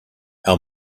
our